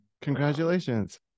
Congratulations